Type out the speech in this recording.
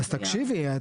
תקשיבי.